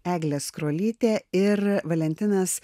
eglė skrolytė ir valentinas